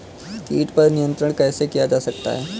कीट पर नियंत्रण कैसे किया जा सकता है?